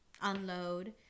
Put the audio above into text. unload